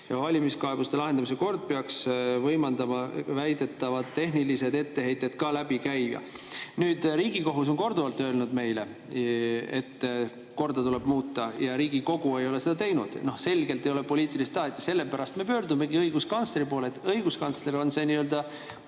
Valimiskaebuste lahendamise kord peaks võimaldama väidetavad tehnilised etteheited ka läbi käia."Nüüd, Riigikohus on meile korduvalt öelnud, et korda tuleb muuta, aga Riigikogu ei ole seda teinud. Selgelt ei ole poliitilist tahet. Sellepärast me pöördumegi õiguskantsleri poole, et õiguskantsler on see nii-öelda